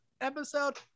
episode